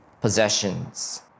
possessions